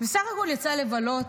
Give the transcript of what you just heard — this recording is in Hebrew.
בסך הכול יצא לבלות,